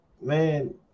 man